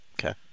Okay